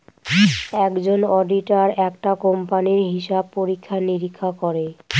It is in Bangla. একজন অডিটার একটা কোম্পানির হিসাব পরীক্ষা নিরীক্ষা করে